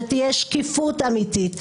שתהיה שקיפות אמיתות,